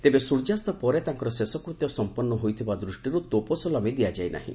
ତେବେ ସ୍ୱର୍ଯ୍ୟା୍ଡ ପରେ ତାଙ୍କର ଶେଷକୃତ୍ୟ ସମ୍ମନ୍ନ ହୋଇଥିବା ଦୃଷ୍କିରୁ ତୋପସଲାମୀ ଦିଆଯାଇ ନାହିଁ